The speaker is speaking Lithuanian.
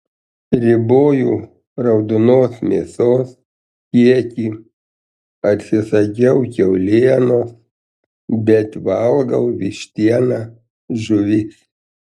riboju raudonos mėsos kiekį atsisakiau kiaulienos bet valgau vištieną žuvis